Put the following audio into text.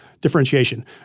differentiation